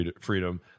freedom